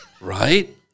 Right